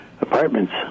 apartments